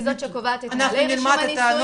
היא זאת שקובעת את נהלי רישום הנישואים,